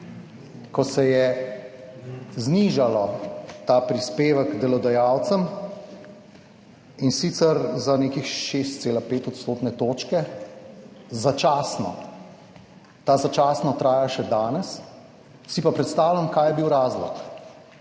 ko se je znižalo ta prispevek delodajalcem in sicer za nekih 6,5 odstotne točke začasno. Ta začasno traja še danes. Si pa predstavljam kaj je bil razlog.